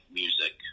music